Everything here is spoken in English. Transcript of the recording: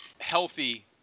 healthy